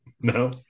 No